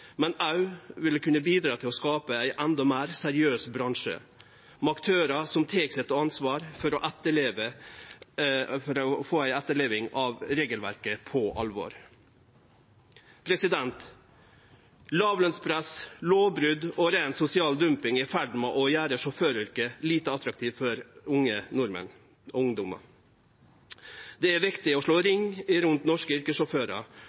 men det vil òg kunne bidra til å skape ein endå meir seriøs bransje med aktørar som tek på alvor ansvaret for å etterleve regelverket. Låglønspress, lovbrot og rein sosial dumping er i ferd med å gjere sjåføryrket lite attraktivt for norske ungdomar. Det er viktig å slå ring rundt norske